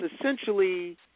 essentially